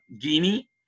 Guinea